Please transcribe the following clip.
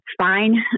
fine